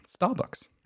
Starbucks